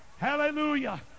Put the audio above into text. hallelujah